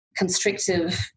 constrictive